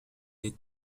des